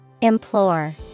Implore